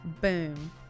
Boom